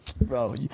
Bro